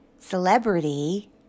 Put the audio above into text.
celebrity